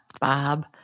Bob